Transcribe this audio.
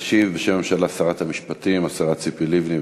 תשיב בשם הממשלה שרת המשפטים, השרה ציפי לבני.